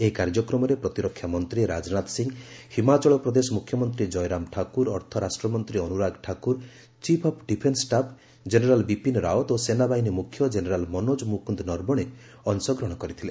ଏହି କାର୍ଯ୍ୟକ୍ରମରେ ପ୍ରତିରକ୍ଷାମନ୍ତ୍ରୀ ରାଜନାଥ ସିଂହ ହିମାଚଳ ପ୍ରଦେଶ ମୁଖ୍ୟମନ୍ତ୍ରୀ ଜୟରାମ ଠାକୁର ଅର୍ଥ ରାଷ୍ଟ୍ରମନ୍ତ୍ରୀ Anurag Thakur chief of defence staff general Bipin Rawat ଓ ସେନାବାହିନୀ ମୁଖ୍ୟ ଜେନେରାଲ ମନୋଜ ମୁକୁନ୍ଦ ନରବଣେ ଅଂଶଗ୍ରହଣ କରିଥିଲେ